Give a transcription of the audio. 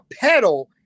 pedal